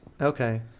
okay